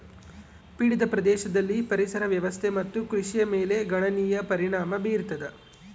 ಪೀಡಿತ ಪ್ರದೇಶದಲ್ಲಿ ಪರಿಸರ ವ್ಯವಸ್ಥೆ ಮತ್ತು ಕೃಷಿಯ ಮೇಲೆ ಗಣನೀಯ ಪರಿಣಾಮ ಬೀರತದ